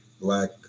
Black